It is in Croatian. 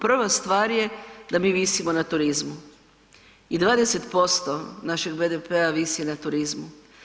Prva stvar je da mi visimo na turizmu i 20% našeg BDP-a visi na turizmu.